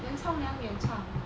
then 冲凉也唱